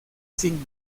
signos